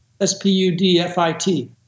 S-P-U-D-F-I-T